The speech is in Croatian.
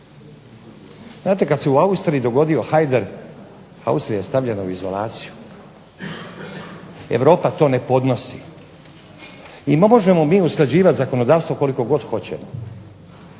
Znate, kad se u Austriji dogodi Heider Austrija je stavljena u izolaciju. Europa to ne podnosi. I možemo mi usklađivat zakonodavstvo koliko god hoćemo,